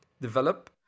develop